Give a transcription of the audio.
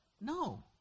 No